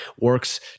works